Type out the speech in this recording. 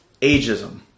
ageism